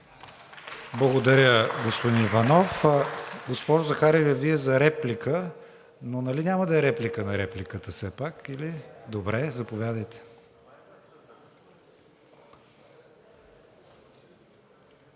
Благодаря, господин Иванов. Госпожо Захариева, Вие за реплика, но нали няма да е реплика на репликата все пак? Добре, заповядайте.